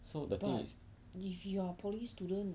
so the thing is